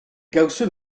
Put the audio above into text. gawson